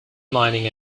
mining